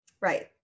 Right